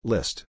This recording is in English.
List